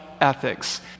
ethics